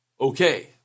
okay